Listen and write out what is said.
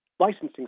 licensing